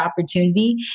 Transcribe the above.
opportunity